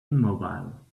immobile